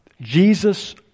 Jesus